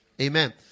Amen